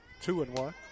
two-and-one